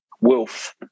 Wolf